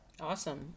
awesome